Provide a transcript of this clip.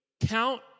count